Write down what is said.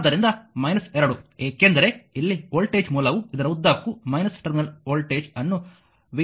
ಆದ್ದರಿಂದ 2 ಏಕೆಂದರೆ ಇಲ್ಲಿ ವೋಲ್ಟೇಜ್ ಮೂಲವೂ ಇದರ ಉದ್ದಕ್ಕೂ ಮೈನಸ್ ಟರ್ಮಿನಲ್ ವೋಲ್ಟೇಜ್ ಅನ್ನು v0 ನೀಡಲಾಗುತ್ತದೆ